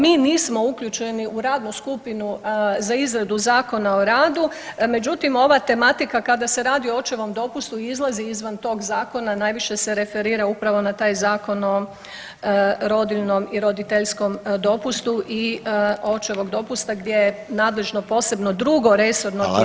Mi nismo uključeni u radnu skupinu za izradu Zakona o radu, međutim ova tematika kada se radi o očevom dopustu i izlazi izvan tog zakona, najviše se referira upravo na taj Zakon o rodiljnom i roditeljskom dopustu i očevog dopusta gdje je nadležno posebno drugo resorno tijelo.